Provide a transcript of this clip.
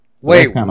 Wait